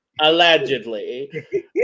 Allegedly